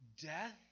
death